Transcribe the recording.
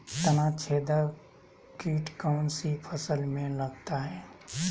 तनाछेदक किट कौन सी फसल में लगता है?